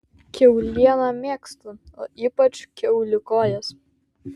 kiaulieną mėgstu o ypač kiaulių kojas